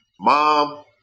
mom